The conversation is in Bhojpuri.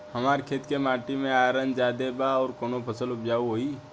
हमरा खेत के माटी मे आयरन जादे बा आउर कौन फसल उपजाऊ होइ?